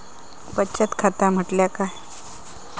बचत खाता म्हटल्या काय?